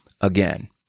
again